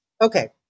Okay